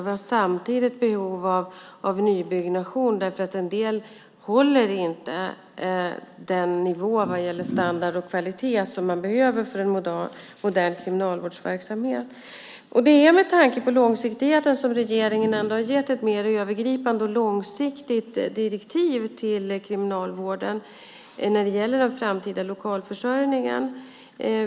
Vi har samtidigt behov av nybyggnation därför att en del inte håller nivån vad gäller standard och kvalitet för en modern kriminalvårdsverksamhet. Det är med tanke på långsiktigheten som regeringen ändå har gett ett mer övergripande och långsiktigt direktiv till Kriminalvården när det gäller den framtida lokalförsörjningen.